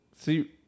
See